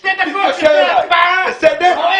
כן, אדוני היושב-ראש.